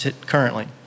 currently